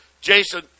Jason